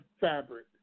fabric